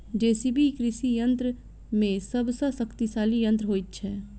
JCB कृषि यंत्र मे सभ सॅ शक्तिशाली यंत्र होइत छै